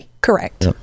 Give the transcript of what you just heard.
Correct